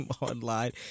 online